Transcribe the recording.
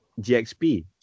gxp